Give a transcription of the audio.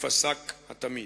ופסק התמיד.